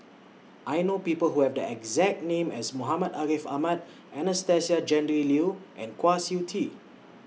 I know People Who Have The exact name as Muhammad Ariff Ahmad Anastasia Tjendri Liew and Kwa Siew Tee